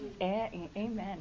Amen